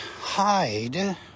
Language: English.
hide